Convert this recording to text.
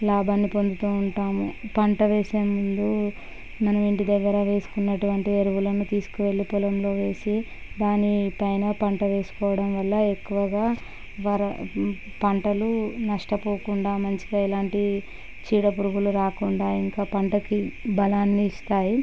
లాభాన్ని పొందుతూ ఉంటాము పంట వేసేముందు మనము ఇంటిదగ్గర వేసుకున్నటువంటి ఎరువులను తీసుకువెళ్ళి పొలంలో వేసి దానిపైన పంట వేసుకోవడంవల్ల ఎక్కువగా పంటలు నష్టపోకుండా మంచిగా ఎలాంటి చీడపురుగులు రాకుండా ఇంకా పంటకి బలాన్ని ఇస్తాయి